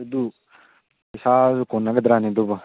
ꯑꯗꯨ ꯄꯩꯁꯥ ꯀꯣꯟꯅꯒꯗ꯭ꯔꯅꯦ ꯑꯗꯨꯕꯣ